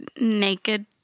naked